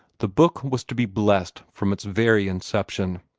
the book was to be blessed from its very inception.